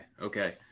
Okay